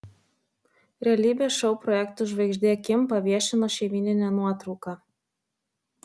realybės šou projektų žvaigždė kim paviešino šeimyninę nuotrauką